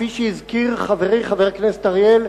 כפי שהזכיר חברי חבר הכנסת אריאל,